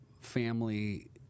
family